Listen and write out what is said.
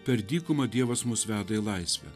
per dykumą dievas mus veda į laisvę